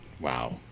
Wow